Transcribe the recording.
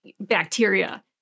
bacteria